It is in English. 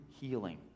healing